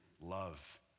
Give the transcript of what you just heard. love